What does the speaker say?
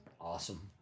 awesome